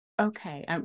Okay